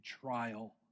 trial